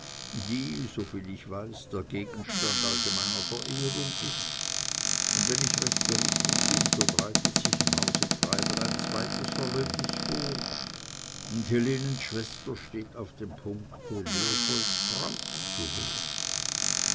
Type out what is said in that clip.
die soviel ich weiß der gegenstand allgemeiner verehrung ist und wenn ich recht berichtet bin so bereitet sich im hause treibel ein zweites verlöbnis vor und helenens schwester steht auf dem punkte leopolds braut zu werden